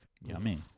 Yummy